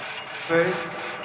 Space